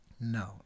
No